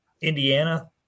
Indiana